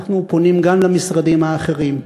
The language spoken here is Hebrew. אנחנו פונים למשרדים האחרים: